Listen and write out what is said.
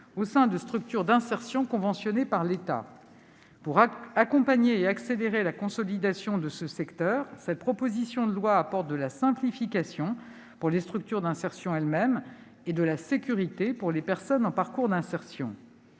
au sein d'une structure d'insertion conventionnée par l'État. Pour accompagner et accélérer la consolidation de ce secteur, cette proposition de loi apporte de la simplification pour les structures d'insertion elles-mêmes et de la sécurité pour les personnes en parcours d'insertion.